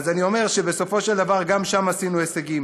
אז אני אומר שבסופו של דבר גם שם הגענו להישגים.